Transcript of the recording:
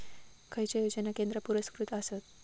खैचे योजना केंद्र पुरस्कृत आसत?